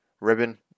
ribbon